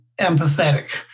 empathetic